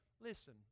Listen